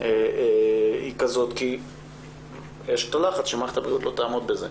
היא כזאת כי יש את הלחץ שמערכת הבריאות לא תעמוד בזה.